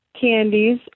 candies